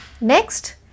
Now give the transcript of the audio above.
Next